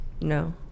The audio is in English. No